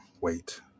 wait